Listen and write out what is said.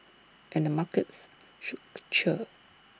and the markets should cheer